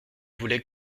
voulais